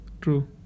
True